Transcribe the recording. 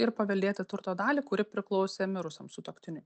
ir paveldėti turto dalį kuri priklausė mirusiam sutuoktiniui